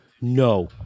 no